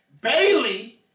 Bailey